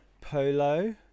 polo